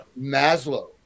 Maslow